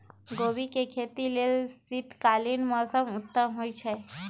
गोभी के खेती लेल शीतकालीन मौसम उत्तम होइ छइ